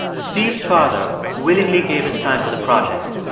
steve's father willingly gave his time to the project,